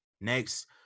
next